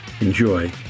enjoy